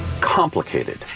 complicated